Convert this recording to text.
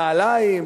נעליים,